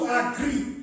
agree